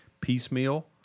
piecemeal